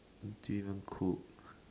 you two don't even cook